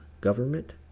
government